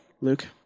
Luke